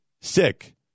sick